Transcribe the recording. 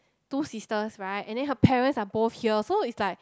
two sisters right and then her parents are both here so it's like